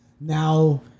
Now